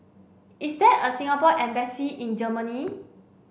is there a Singapore embassy in Germany